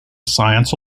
science